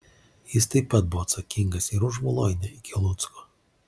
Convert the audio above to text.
jis taip pat buvo atsakingas ir už voluinę iki lucko